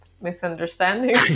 misunderstanding